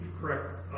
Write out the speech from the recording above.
correct